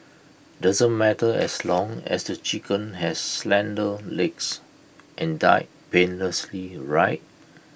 doesn't matter as long as the chicken has slender legs and died painlessly right